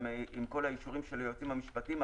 גם עם כל האישורים של היועצים המשפטיים.